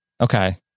Okay